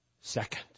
second